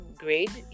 grade